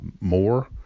more